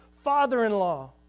father-in-law